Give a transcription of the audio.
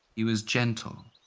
he was gentle,